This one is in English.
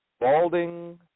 balding